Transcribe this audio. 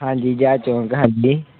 ਹਾਂਜੀ ਜਹਾਜ਼ ਚੌਂਕ ਹਾਂਜੀ